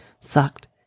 sucked